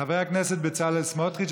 חבר הכנסת בצלאל סמוטריץ,